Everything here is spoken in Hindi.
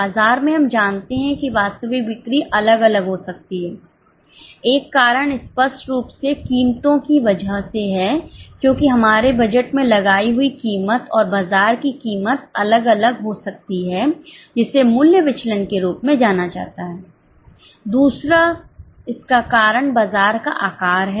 बाजार में हम जानते हैं कि वास्तविक बिक्री अलग अलग हो सकती है एक कारण स्पष्ट रूप से कीमतों की वजह से है क्योंकि हमारे बजट में लगाई हुई कीमत और बाजार की कीमत अलग अलग हो सकती है जिसे मूल्य विचलन के रूप में जाना जाता है दूसरा इसका कारण बाजार का आकार है